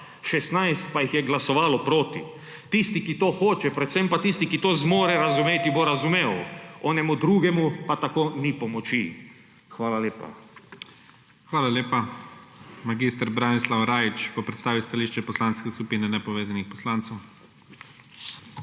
16 pa jih je glasovalo »proti«. Tisti, ki to hoče, predvsem pa tisti, ki to zmore razumeti, bo razumel. Onemu drugemu pa tako ni pomoči. Hvala lepa. **PREDSEDNIK IGOR ZORČIČ:** Hvala lepa. Mag. Branislav Rajić bo predstavil stališče Poslanske skupine nepovezanih poslancev.